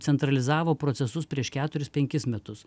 centralizavo procesus prieš keturis penkis metus